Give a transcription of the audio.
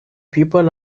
people